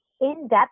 in-depth